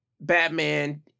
batman